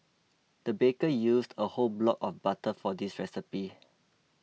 the baker used a whole block of butter for this recipe